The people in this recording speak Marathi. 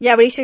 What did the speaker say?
यावेळी श्री